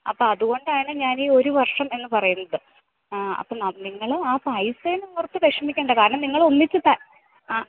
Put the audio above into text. അപ്പം അതുകൊണ്ടാണ് ഞാൻ ഈ ഒരു വർഷം എന്ന് പറയുന്നത് അപ്പം നിങ്ങൾ ആ പൈസയൊന്നും ഓർത്ത് വിഷമിക്കണ്ട കാരണം നിങ്ങൾ ഒന്നിച്ചു ആ